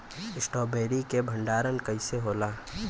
Strawberry के भंडारन कइसे होला?